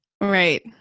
Right